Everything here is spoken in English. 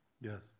Yes